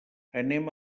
anem